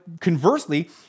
Conversely